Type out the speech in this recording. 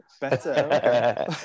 better